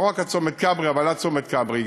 לא רק עד צומת כברי, אבל עד צומת כברי.